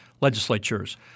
legislatures